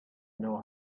know